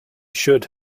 should